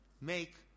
make